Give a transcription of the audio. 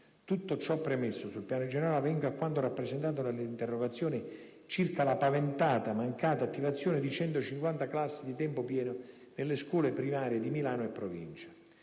Tutto ciò premesso sul piano generale, vengo a quanto rappresentato nell'interrogazione circa la paventata mancata attivazione di 150 classi di tempo pieno nelle scuole primarie di Milano e provincia.